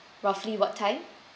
roughly what time